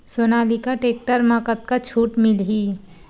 Sonalika tractor म कतका छूट मिलही?